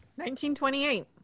1928